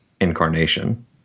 incarnation